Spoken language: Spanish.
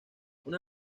una